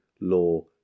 law